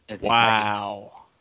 Wow